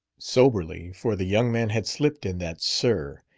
soberly. for the young man had slipped in that sir.